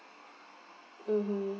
mmhmm